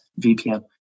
VPN